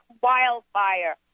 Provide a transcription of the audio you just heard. wildfire